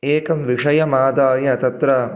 एकं विषयमादाय तत्र